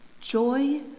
joy